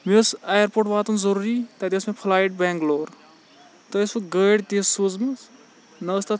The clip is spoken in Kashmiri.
مےٚ اوس اَیَرپوٹ واتُن ضروٗری تَتہِ ٲسۍ مےٚ فُلایِٹ بِنگلور تُہۍ ٲسِو گٲڑۍ تِژھ سوٗزمٕژ نہَ اوس تَتھ